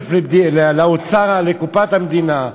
כסף לאוצר, לקופת המדינה,